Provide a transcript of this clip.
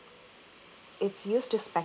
it's used to speculate